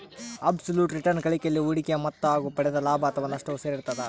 abs ಲುಟ್ return ಗಳಿಕೆಯಲ್ಲಿ ಹೂಡಿಕೆಯ ಮೊತ್ತ ಹಾಗು ಪಡೆದ ಲಾಭ ಅಥಾವ ನಷ್ಟವು ಸೇರಿರ್ತದ